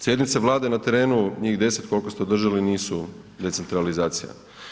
Sjednice Vlade na terenu, njih 10 kolko ste održali, nisu decentralizacija.